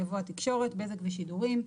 יבוא "התקשורת בזק ושידורים".